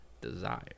desire